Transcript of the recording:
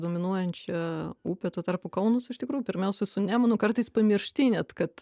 dominuojančia upe tuo tarpu kaunas iš tikrųjų pirmiausia su nemunu kartais pamiršti net kad